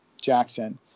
Jackson